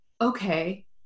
okay